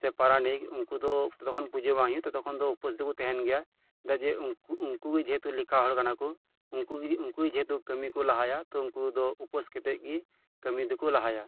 ᱥᱮ ᱯᱟᱨᱟᱱᱤᱠ ᱩᱝᱠᱩ ᱫᱚ ᱛᱚᱛᱚᱠᱷᱚᱱ ᱯᱩᱡᱟᱹ ᱵᱟᱝ ᱦᱳᱭᱳᱜ ᱛᱚᱛᱚᱠᱷᱚᱱ ᱫᱚ ᱩᱯᱟᱹᱥ ᱫᱚᱠᱚ ᱛᱟᱦᱮᱱ ᱜᱮᱭᱟ ᱪᱮᱫᱟᱜ ᱡᱮ ᱩᱝᱠᱩ ᱩᱝᱠᱩ ᱡᱮᱦᱮᱛᱩ ᱞᱮᱠᱷᱟ ᱦᱚᱲ ᱠᱟᱱᱟ ᱠᱚ ᱩᱝᱠᱩ ᱜᱮ ᱡᱮᱦᱮᱛᱩ ᱠᱟᱢᱤ ᱠᱚ ᱞᱟᱦᱟᱭᱟ ᱛᱚ ᱩᱝᱠᱩ ᱫᱚ ᱩᱯᱟᱹᱥ ᱠᱟᱛᱮᱫ ᱜᱮ ᱠᱟᱢᱤ ᱫᱚᱠᱚ ᱞᱟᱦᱟᱭᱟ